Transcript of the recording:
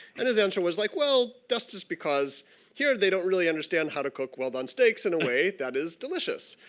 and his answer was like, well, that's just because here they don't really understand how to cook well-done steaks in a way that is delicious.